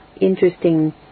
Interesting